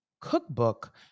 cookbook